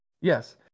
Yes